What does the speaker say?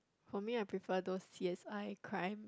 for me I prefer those c_s_i crime